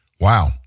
Wow